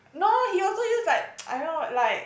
no he also use like I don't know like